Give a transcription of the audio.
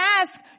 ask